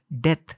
death